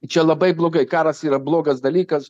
čia labai blogai karas yra blogas dalykas